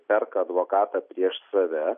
perka advokatą prieš save